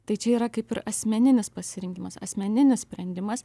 tai čia yra kaip ir asmeninis pasirinkimas asmeninis sprendimas